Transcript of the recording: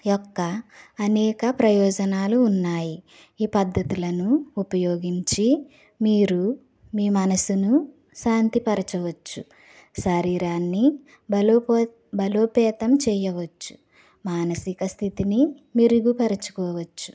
యొక్క అనేక ప్రయోజనాలు ఉన్నాయి ఈ పద్ధతులను ఉపయోగించి మీరు మీ మనసును శాంతి పరిచవచ్చు శరీరాన్ని బలోపేత్ బలోపేతం చేయవచ్చు మానసిక స్థితిని మెరుగుపరచుకోవచ్చు